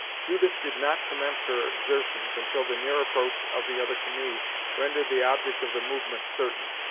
judith did not commence her exertions until the near approach of the other canoe rendered the object of the movement certain,